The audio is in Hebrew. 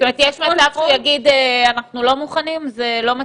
זאת אומרת יש מצב שהוא יגיד: אנחנו לא מוכנים,